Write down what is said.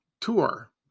tour